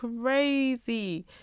crazy